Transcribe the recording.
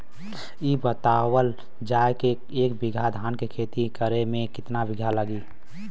इ बतावल जाए के एक बिघा धान के खेती करेमे कितना बिया लागि?